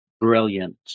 brilliant